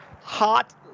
hot